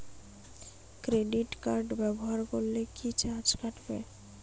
Credit card ব্যাবহার করলে কি চার্জ কাটবে?